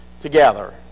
together